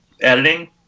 editing